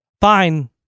fine